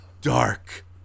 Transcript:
dark